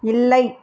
இல்லை